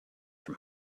from